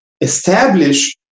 establish